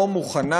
לא מוכנה,